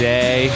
Day